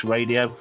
Radio